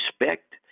respect